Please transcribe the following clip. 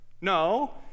No